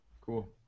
Cool